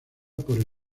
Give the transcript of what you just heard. por